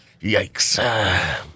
Yikes